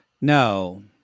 No